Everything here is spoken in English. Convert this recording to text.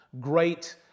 great